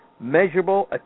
measurable